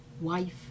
wife